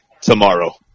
tomorrow